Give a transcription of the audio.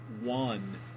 one